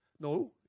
No